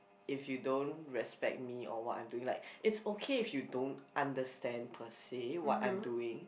if you don't respect me or what I'm doing like it's okay if you don't understand per se what I'm doing